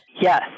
Yes